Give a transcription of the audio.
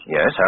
Yes